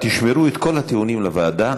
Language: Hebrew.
תשמרו את כל הטיעונים לוועדה.